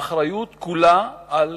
האחריות כולה על